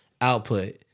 output